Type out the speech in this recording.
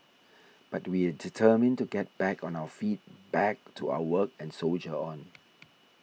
but we are determined to get back on our feet back to our work and soldier on